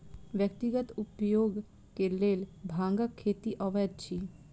व्यक्तिगत उपयोग के लेल भांगक खेती अवैध अछि